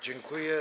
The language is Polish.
Dziękuję.